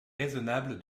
raisonnable